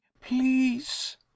please